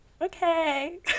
okay